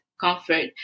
comfort